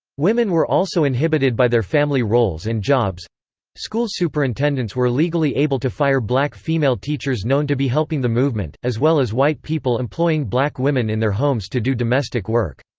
women were also inhibited by their family roles and jobs school superintendents were legally able to fire black female teachers known to be helping the movement, as well as white people employing black women in their homes to do domestic work.